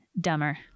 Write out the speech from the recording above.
dumber